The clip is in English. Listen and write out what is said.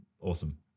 awesome